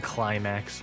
Climax